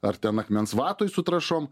ar ten akmens vatoj su trąšom